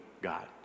God